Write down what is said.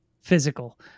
physical